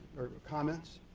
or comments.